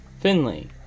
Finley